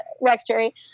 rectory